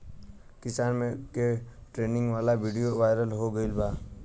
किसान के ट्रेनिंग वाला विडीओ वायरल हो गईल बा